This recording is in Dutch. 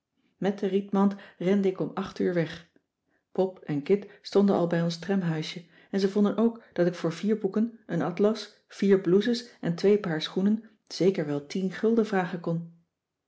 met de rietmand rende ik om acht uur weg pop en kit stonden al bij ons tramhuisje en ze vonden ook dat ik voor vier boeken een atlas vier blouses en twee paar schoenen zeker wel tien gulden vragen kon